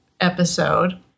episode